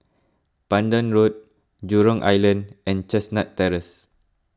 Pandan Road Jurong Island and Chestnut Terrace